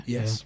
Yes